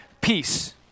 peace